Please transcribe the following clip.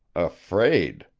afraid!